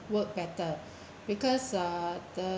work better because uh the